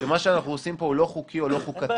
שמה שאנחנו עושים פה הוא לא חוקי או לא חוקתי.